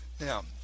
Now